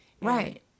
right